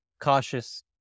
Cautious